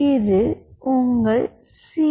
எனவே இது உங்கள் சி